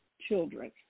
children